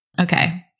Okay